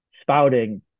spouting